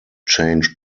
change